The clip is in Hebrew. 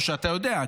או שאתה יודע,